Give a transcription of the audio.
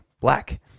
black